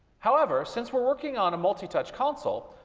however, since we're working on a multi-touch console,